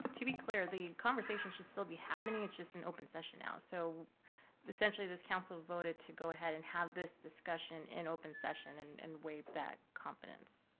to be clear, the conversation should still be happening, it's just in open session now, so essentially this council voted to go ahead and have this discussion in open session, and and waive that confidence.